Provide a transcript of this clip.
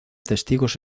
testigos